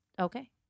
okay